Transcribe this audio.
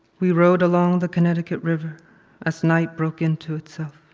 we rode along the connecticut river as night broke into itself.